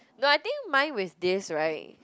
no I think mine was this [right]